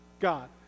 God